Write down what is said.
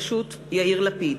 בראשות יאיר לפיד.